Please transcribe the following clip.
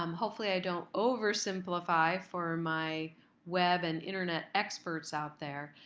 um hopefully i don't oversimplify for my web and internet experts out there.